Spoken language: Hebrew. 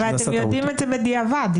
אתם יודעים את זה בדיעבד?